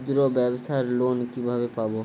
ক্ষুদ্রব্যাবসার লোন কিভাবে পাব?